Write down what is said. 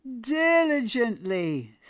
diligently